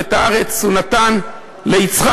ואת הארץ הוא נתן ליצחק.